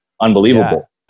unbelievable